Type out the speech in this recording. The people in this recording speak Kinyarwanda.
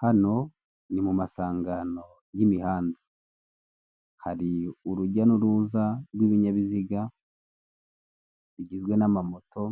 Hano ni mu masangano y'imihanda hari urujya n'uruza rw'ibinyabiziga, bigizwe n'amamoto